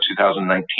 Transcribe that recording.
2019